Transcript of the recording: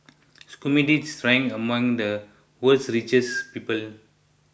schmidts ranks among the world's richest people